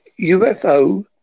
UFO